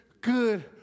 good